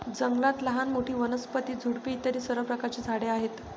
जंगलात लहान मोठी, वनस्पती, झुडपे इत्यादी सर्व प्रकारची झाडे आहेत